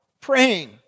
Praying